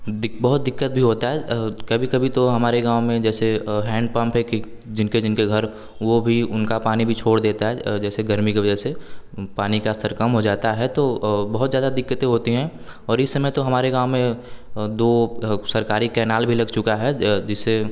दि बहुत दिक्कत भी होता है कभी कभी तो हमारे गाँव में जैसे हैंड पंप है कि जिनके जिनके घर वह भी उनका पानी भी छोड़ देता है जैसे गर्मी की वजह से पानी का अस्तर कम हो जाता है तो बहुत ज़्यादा दिक्कतें होती हैं और इस समय तो हमारे गाँव में दो सरकारी कैनाल भी लग चुका है जिससे